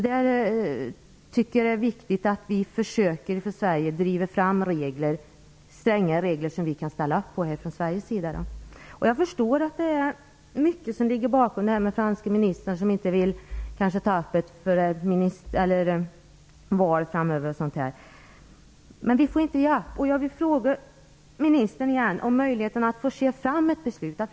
Det är viktigt att vi från Sverige försöker driva fram stränga regler. Jag förstår att det är mycket som inverkar, som exempelvis att den franske ministern inte vill ta upp dessa frågor eftersom det snart är val. Men vi får inte ge upp. Jag vill fråga jordbruksministern om vi kan forcera fram ett beslut snart.